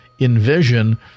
envision